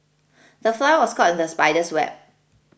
the fly was caught in the spider's web